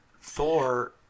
Thor